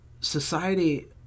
society